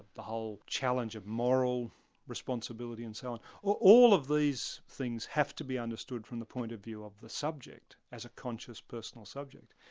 the whole challenge of moral responsibility and so on, all of these things have to be understood from the point of view of the subject as a conscious, personal subject.